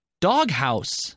Doghouse